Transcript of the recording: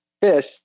fish